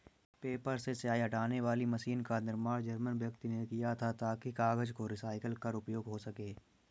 paper से स्याही हटाने वाली मशीन का निर्माण जर्मन व्यक्ति ने किया था ताकि कागज को रिसाईकल कर उपयोग हो सकें